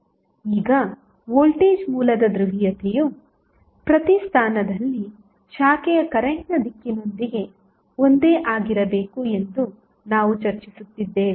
ಈಗ ವೋಲ್ಟೇಜ್ ಮೂಲದ ಧ್ರುವೀಯತೆಯು ಪ್ರತಿ ಸ್ಥಾನದಲ್ಲಿ ಶಾಖೆಯ ಕರೆಂಟ್ನ ದಿಕ್ಕಿನೊಂದಿಗೆ ಒಂದೇ ಆಗಿರಬೇಕು ಎಂದು ನಾವು ಚರ್ಚಿಸುತ್ತಿದ್ದೇವೆ